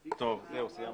זהו, סיימנו.